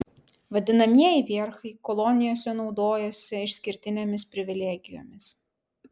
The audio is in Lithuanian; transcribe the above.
vadinamieji vierchai kolonijose naudojasi išskirtinėmis privilegijomis